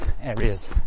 areas